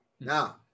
Now